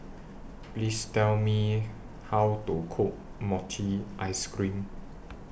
Please Tell Me How to Cook Mochi Ice Cream